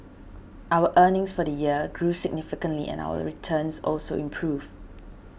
our earnings for the year grew significantly and our returns also improved